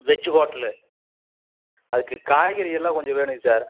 veg hotel அதுக்கு காய்கறியெல்லாம் கொஞ்சம் வேணுங்க சார்